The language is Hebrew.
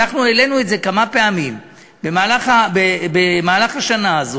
ואנחנו העלינו את זה כמה פעמים במהלך השנה הזאת.